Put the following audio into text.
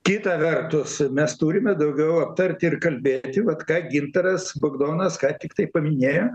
kita vertus mes turime daugiau aptarti ir kalbėti vat ką gintaras bagdonas ką tiktai paminėjo